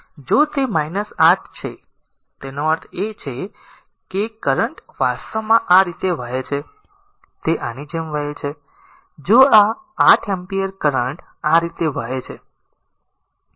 જો તે 8 છે તેનો અર્થ એ છે કે કરંટ વાસ્તવમાં આ રીતે વહે છે તે આની જેમ વહે છે જો આ 8 એમ્પીયર કરંટ આ રીતે વહે છે